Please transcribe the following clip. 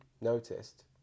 noticed